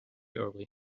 early